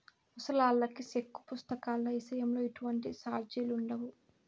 ముసలాల్లకి సెక్కు పుస్తకాల ఇసయంలో ఎటువంటి సార్జిలుండవు